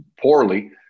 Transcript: poorly